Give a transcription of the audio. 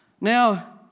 Now